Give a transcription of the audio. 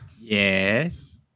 Yes